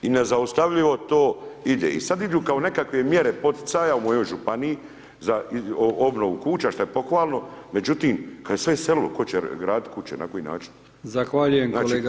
I nezaustavljivo to ide i sad idu kao neke mjere poticaja u mojoj županiji za obnovu kuća, što je pohvalno, međutim, kad je sve iselilo, tko će graditi kuće i na koji način? [[Upadica: Zahvaljujem kolega Bulj na odgovoru.]] Hvala.